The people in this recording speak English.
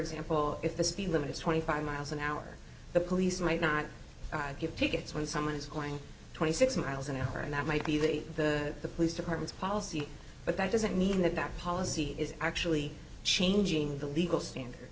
example if the speed limit is twenty five miles an hour the police might not give tickets when someone's going to six miles an hour and that might be the police department's policy but that doesn't mean that that policy is actually changing the legal standard